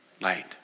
Light